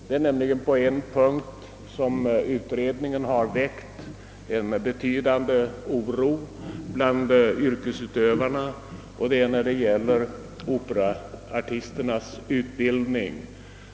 På en punkt har nämligen utredningen väckt en betydande oro bland yrkesutövarna och det gäller operaartisternas utbildning.